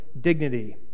dignity